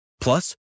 Plus